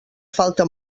falta